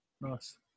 Nice